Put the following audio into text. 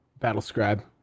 Battlescribe